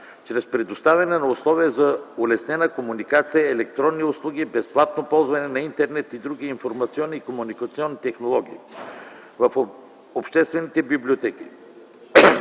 чрез предоставяне на условия за улеснена комуникация, електронни услуги, безплатно ползване на Интернет и други информационни и комуникационни технологии в обществените библиотеки.